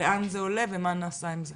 לאן זה עולה ומה נעשה עם זה?